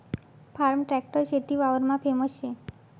form tractor शेती वापरमा famous शे